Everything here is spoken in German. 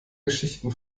geschichten